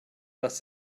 dass